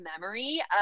memory